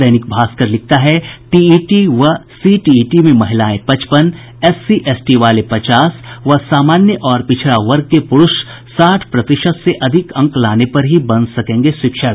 दैनिक भास्कर लिखता है टीईटी व सीटीईटी में महिलाएं पचपन एससी एसटी वाले पचास व सामान्य और पिछड़ा वर्ग के पुरूष साठ प्रतिशत से अधिक अंक लाने पर ही बन सकेंगे शिक्षक